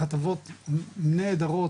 כתבות נהדרות,